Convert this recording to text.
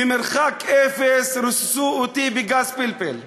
ממרחק אפס ריססו אותי בגז פלפל.